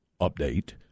update